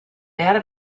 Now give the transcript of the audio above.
behar